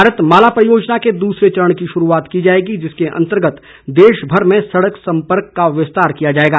भारत माला परियोजना के दूसरे चरण की शुरूआत की जाएगी जिसके अंतर्गत देश भर में सड़क संपर्क का विस्तार किया जायेगा